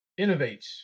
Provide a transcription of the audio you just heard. innovates